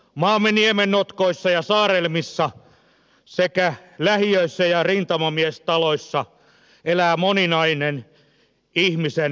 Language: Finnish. maamme niemennotkoissa ja saarelmissa sekä lähiöissä ja rintamamiestaloissa elää moninainen ihmisen hätä